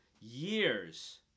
years